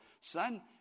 son